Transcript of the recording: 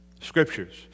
scriptures